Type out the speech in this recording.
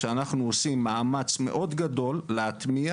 אנחנו עושים מאמץ מאוד גדול להטמיע